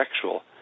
sexual